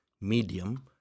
medium